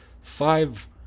five